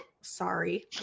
sorry